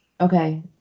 Okay